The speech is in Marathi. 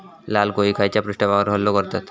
लाल कोळी खैच्या पृष्ठभागावर हल्लो करतत?